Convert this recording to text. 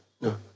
no